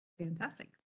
Fantastic